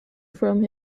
from